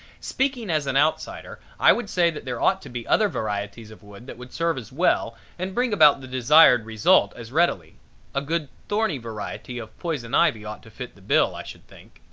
speaking as an outsider i would say that there ought to be other varieties of wood that would serve as well and bring about the desired results as readily a good thorny variety of poison ivy ought to fill the bill, i should think.